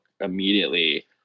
immediately